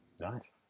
nice